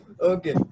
Okay